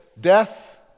death